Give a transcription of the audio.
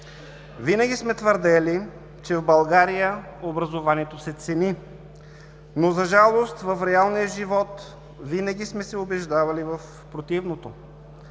Винаги сме твърдели, че в България образованието се цени, но за жалост, в реалния живот винаги сме се убеждавали в противното.